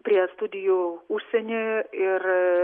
prie studijų užsieny ir